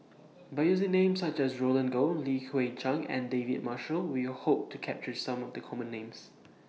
By using Names such as Roland Goh Li Hui Cheng and David Marshall We Hope to capture Some of The Common Names